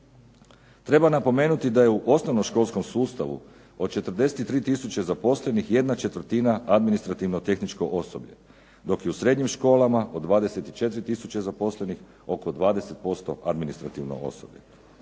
Treba napomenuti da je u osnovnoškolskom sustavu od 43000 zaposlenih ¼ administrativno tehničko osoblje dok je u srednjim školama od 24000 zaposlenih oko 20% administrativno osoblje.